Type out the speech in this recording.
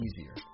easier